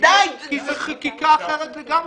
זו חקיקה אחרת לגמרי.